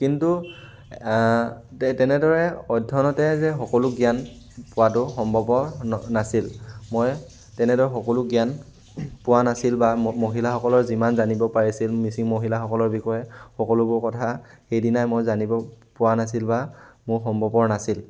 কিন্তু তেনেদৰে অধ্যয়নতে যে সকলো জ্ঞান পোৱাটো সম্ভৱপৰ নাছিল মই তেনেদৰে সকলো জ্ঞান পোৱা নাছিল বা মহিলাসকলৰ যিমান জানিব পাৰিছিল মিচিং মহিলাসকলৰ বিষয়ে সকলোবোৰ কথা সেইদিনাই মই জানিব পোৱা নাছিল বা মোৰ সম্ভৱপৰ নাছিল